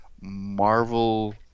Marvel